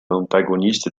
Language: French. antagoniste